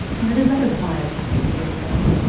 and it is rather quiet for him here, you know.